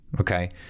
Okay